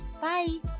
Bye